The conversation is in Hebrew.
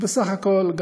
בסך הכול,